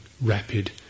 rapid